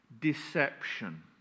deception